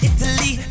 Italy